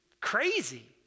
crazy